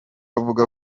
avuga